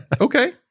Okay